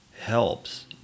helps